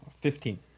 Fifteen